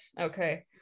Okay